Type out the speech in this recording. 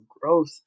growth